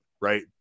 right